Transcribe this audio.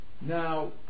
Now